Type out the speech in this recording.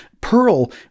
Pearl